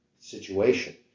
situation